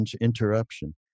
interruption